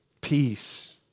peace